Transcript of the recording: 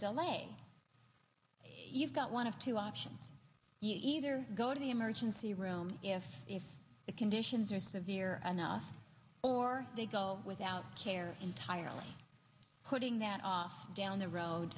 delay you've got one of two options either go to the emergency room if if the conditions are severe enough or they go without care entirely putting that off down the road